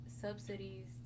subsidies